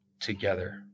together